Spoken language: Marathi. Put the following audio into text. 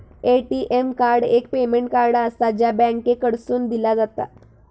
ए.टी.एम कार्ड एक पेमेंट कार्ड आसा, जा बँकेकडसून दिला जाता